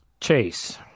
Chase